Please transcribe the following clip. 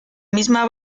misma